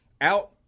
out